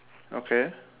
okay